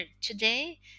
today